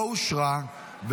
לא נתקבלה.